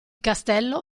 castello